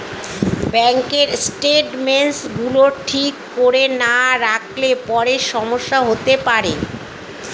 ব্যাঙ্কের স্টেটমেন্টস গুলো ঠিক করে না রাখলে পরে সমস্যা হতে পারে